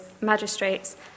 magistrates